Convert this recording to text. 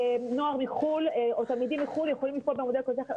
נוער מחוץ לארץ או תלמידים מחוץ לארץ יכולים לפעול במודל כזה או אחר,